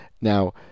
Now